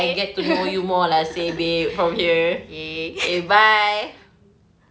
okay !yay!